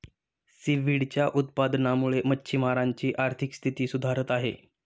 सीव्हीडच्या उत्पादनामुळे मच्छिमारांची आर्थिक स्थिती सुधारत आहे